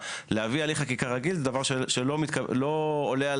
להעביר הליך חקיקה רגיל זה דבר שלא עולה על